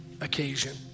occasion